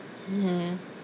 mmhmm